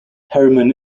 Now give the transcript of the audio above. harriman